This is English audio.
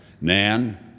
Nan